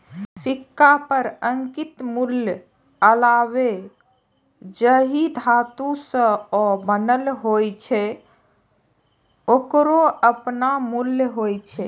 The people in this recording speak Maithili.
सिक्का पर अंकित मूल्यक अलावे जाहि धातु सं ओ बनल होइ छै, ओकरो अपन मूल्य होइ छै